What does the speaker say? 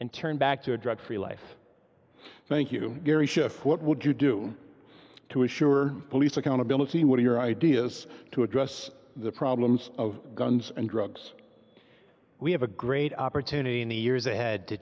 and turn back to a drug free life thank you very schiff what would you do to assure police accountability what are your ideas to address the problems of guns and drugs we have a great opportunity in the years ahead to